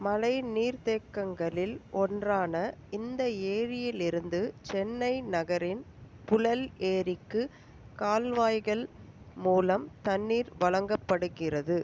மழை நீர்த்தேக்கங்களில் ஒன்றான இந்த ஏரியிலிருந்து சென்னை நகரின் புழல் ஏரிக்கு கால்வாய்கள் மூலம் தண்ணீர் வழங்கப்படுகிறது